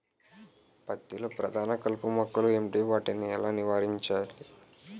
పత్తి లో ప్రధాన కలుపు మొక్కలు ఎంటి? వాటిని ఎలా నీవారించచ్చు?